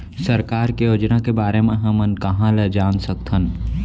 सरकार के योजना के बारे म हमन कहाँ ल जान सकथन?